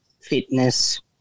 fitness